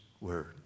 word